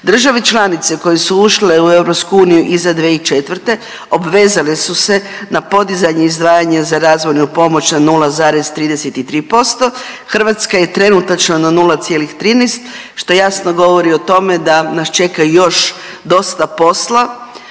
Države članice koje su ušle u EU iza 2004. obvezale su se na podizanje izdvajanja za razvojnu pomoć na 0,33%, Hrvatska je trenutačno na 0,13 što jasno govori o tome da nas čeka još dosta posla